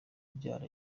kubyara